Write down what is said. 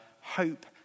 hope